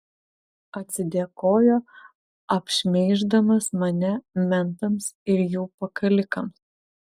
atsidėkojo apšmeiždamas mane mentams ir jų pakalikams